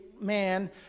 man